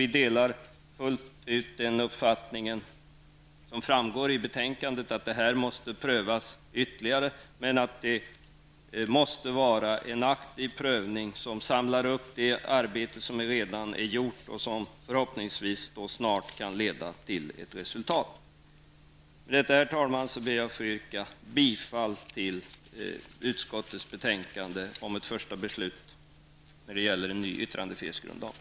Vi delar fullt ut den uppfattning som återfinns i betänkandet, nämligen att frågan måste prövas ytterligare. Det måste bli en aktiv prövning som tar hänsyn till ett arbete som redan har gjorts och som förhoppningsvis kan leda till ett resultat. Med detta, herr talman, ber jag att få yrka bifall till utskottets hemställan beträffande ett första beslut om en ny yttrandefrihetsgrundlag.